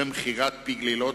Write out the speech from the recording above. ומכירת "פי-גלילות",